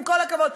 עם כל הכבוד.